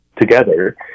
together